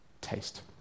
taste